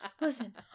Listen